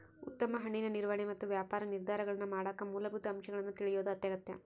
ಉತ್ತಮ ಹಣ್ಣಿನ ನಿರ್ವಹಣೆ ಮತ್ತು ವ್ಯಾಪಾರ ನಿರ್ಧಾರಗಳನ್ನಮಾಡಕ ಮೂಲಭೂತ ಅಂಶಗಳನ್ನು ತಿಳಿಯೋದು ಅತ್ಯಗತ್ಯ